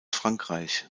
frankreich